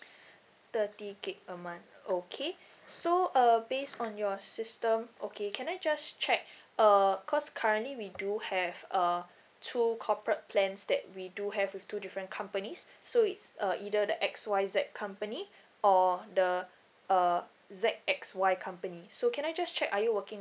thirty gig a month okay so uh based on your system okay can I just check uh cause currently we do have uh two corporate plans that we do have with two different companies so it's uh either the X Y Z company or the uh Z X Y company so can I just check are you working